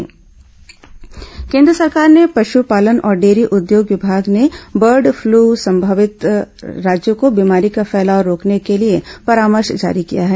bird flu परामर्श केन्द्र सरकार के पशुपालन और डेयरी उद्योग विभाग ने बर्ड फ्लू संभावित राज्यों को बीमारी का फैलाव रोकने के लिए परामर्श जारी किया है